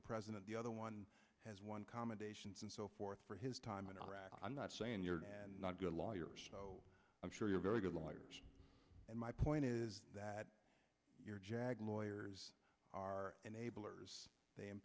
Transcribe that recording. the president the other one has won commendations and so forth for his time in iraq i'm not saying you're not good lawyers i'm sure you're very good lawyers and my point is that your jag lawyers are enablers they in